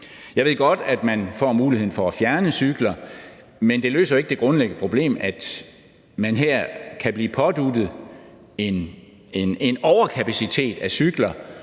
Jeg ved godt, at man får muligheden for at fjerne cykler, men det løser ikke det grundlæggende problem, at man her kan blive påduttet en overkapacitet af cykler,